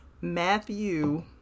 Matthew